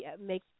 make